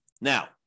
Now